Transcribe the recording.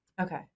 Okay